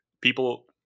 people